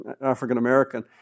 African-American